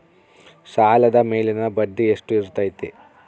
ಸಾಲದ ಮೇಲಿನ ಬಡ್ಡಿ ಎಷ್ಟು ಇರ್ತೈತೆ?